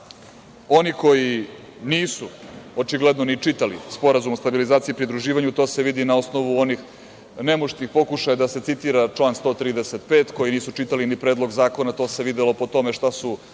oni koji nisu, očigledno ni čitali Sporazum o stabilizaciji pridruživanju, to se vidi na osnovu onih nemuštih pokušaja da se citira član 135, koji nisu čitali ni Predlog zakona to se videlo po tome šta su